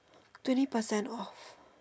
twenty percent off